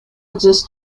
exists